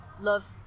love